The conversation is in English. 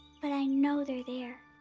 but i know they're they're